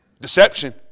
Deception